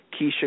Keisha